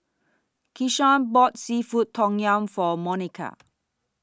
Keshaun bought Seafood Tom Yum For Monika